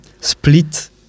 split